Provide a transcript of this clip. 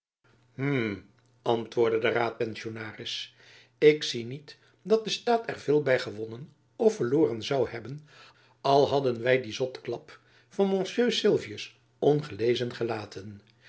antwoordde de raadpensionaris ik zie niet dat de staat er veel by gewonnen of verloren zoû hebben al hadden wy dien zotteklap van monsieur sylvius ongelezen gelaten